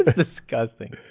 ah disgusting.